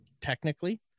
technically